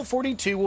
42